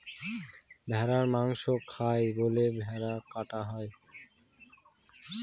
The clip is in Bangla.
ভেড়ার মাংস খায় বলে ভেড়া কাটা হয়